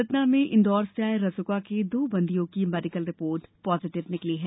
सतना में इन्दौर से आये रासुका के दो बंदियों की मेडिकल रिपोर्ट पॉजीटिव निकली है